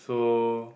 so